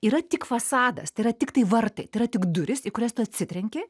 yra tik fasadas tai yra tiktai vartai tai yra tik durys į kurias tu atsitrenki